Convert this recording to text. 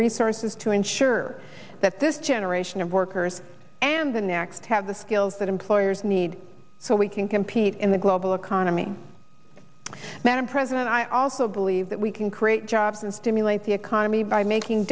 resources to ensure that this generation of workers and the next have the skills that employers need so we can compete in the global economy madam president i also believe that we can create jobs and stimulate the economy by making